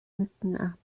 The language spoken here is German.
mücken